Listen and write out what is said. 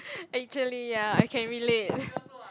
actually ya I can relate